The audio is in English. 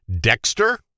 Dexter